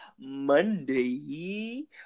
Monday